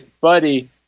buddy